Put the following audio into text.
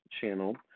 channel